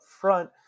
front